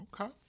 Okay